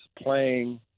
playing